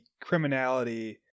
criminality